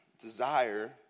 desire